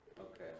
Okay